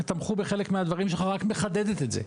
תמכו בחלק מהדברים שלך רק מחדדת את זה,